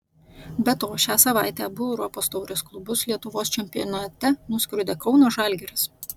be to šią savaitę abu europos taurės klubus lietuvos čempionate nuskriaudė kauno žalgiris